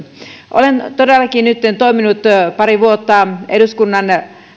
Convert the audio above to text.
olen todellakin nytten toiminut pari vuotta eduskunnan